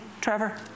Trevor